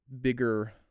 bigger